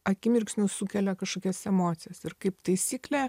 akimirksniu sukelia kažkokias emocijas ir kaip taisyklė